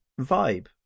vibe